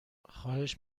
خواهش